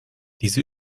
diese